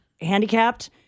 handicapped